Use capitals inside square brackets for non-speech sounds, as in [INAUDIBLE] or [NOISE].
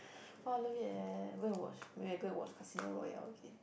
[BREATH] !wah! I love it eh go and watch wait I go and watch Casino Royale again